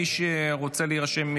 מי שרוצה להירשם,